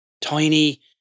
Tiny